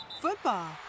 football